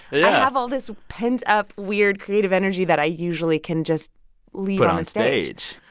yeah i have all this pent up weird, creative energy that i usually can just leave onstage